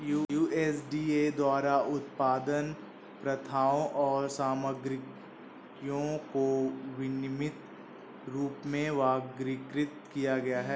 USDA द्वारा उत्पादन प्रथाओं और सामग्रियों को विनियमित रूप में वर्गीकृत किया गया है